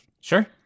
Sure